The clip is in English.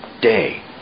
day